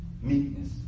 Meekness